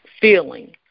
feeling